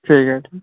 ठीक आहे तर